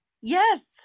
yes